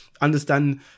understand